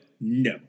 No